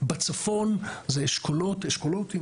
בצפון זה אשכולות, אשכולות?